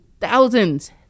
thousands